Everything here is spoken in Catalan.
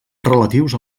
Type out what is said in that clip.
relatius